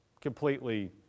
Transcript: completely